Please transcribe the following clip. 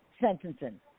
sentencing